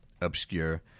obscure